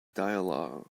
dialog